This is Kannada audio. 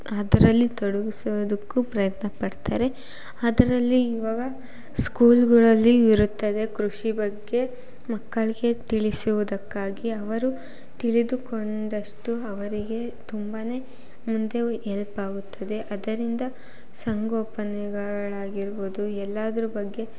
ಅದ್ರಲ್ಲಿ ತೊಡಗಿಸೋದಕ್ಕು ಪ್ರಯತ್ನಪಡ್ತಾರೆ ಅದ್ರಲ್ಲಿ ಇವಾಗ ಸ್ಕೂಲುಗಳಲ್ಲಿ ಇರುತ್ತದೆ ಕೃಷಿ ಬಗ್ಗೆ ಮಕ್ಕಳಿಗೆ ತಿಳಿಸುವುದಕ್ಕಾಗಿ ಅವರು ತಿಳಿದುಕೊಂಡಷ್ಟು ಅವರಿಗೆ ತುಂಬ ಮುಂದೆವು ಎಲ್ಪ್ ಆಗುತ್ತದೆ ಅದರಿಂದ ಸಂಗೋಪನೆಗಳಾಗಿರ್ಬೊದು ಎಲ್ಲಾದ್ರ ಬಗ್ಗೆ